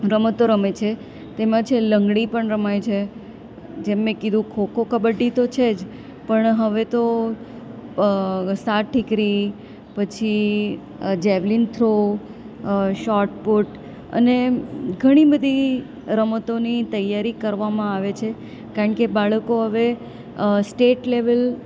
રમતો રમે છે તેમાં જે લંગડી પણ રમાય છે જેમ મેં કીધું ખોખો કબડ્ડી તો છે જ પણ હવે તો સાત ઠીકરી પછી જેવલીન થ્રો શોર્ટપુટ અને ઘણી બધી રમતોની તૈયારી કરવામાં આવે છે કારણ કે બાળકો હવે સ્ટેટ લેવલ